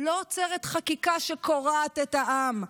לא עוצרת חקיקה שקורעת את העם,